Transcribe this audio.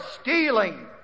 stealing